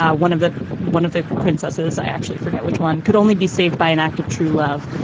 ah one of the one of the princesses, i actually forgot which one could only be saved by an act of true love.